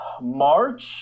March